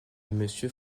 monsieur